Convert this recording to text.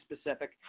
specific